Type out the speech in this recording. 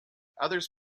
others